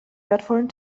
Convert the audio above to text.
wertvollen